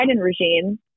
regime